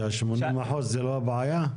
שה-80% זה לא הבעיה?